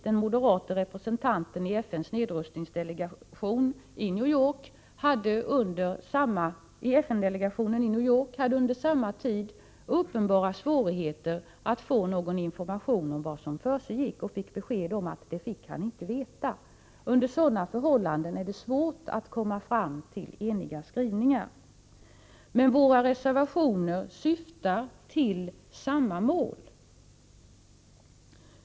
Den moderate representanten i FN-delegationen i New York hade under samma tid uppenbara svårigheter att få någon information om vad som försiggick. Han fick besked om att han inte fick veta någonting. Under sådana förhållanden är det svårt att komma fram till eniga skrivningar. Men våra reservationer syftar till samma mål.